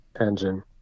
engine